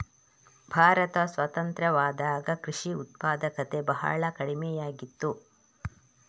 ಭಾರತ ಸ್ವತಂತ್ರವಾದಾಗ ಕೃಷಿ ಉತ್ಪಾದಕತೆ ಬಹಳ ಕಡಿಮೆಯಾಗಿತ್ತು